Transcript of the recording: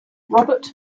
robert